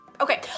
Okay